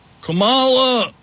Kamala